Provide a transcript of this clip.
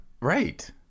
Right